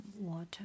water